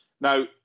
Now